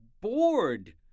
bored